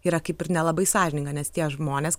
yra kaip ir nelabai sąžininga nes tie žmonės